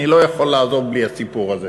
אני לא יכול לעזוב בלי הסיפור הזה.